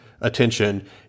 attention